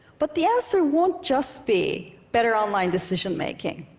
but the answer won't just be better online decision-making,